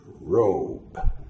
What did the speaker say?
robe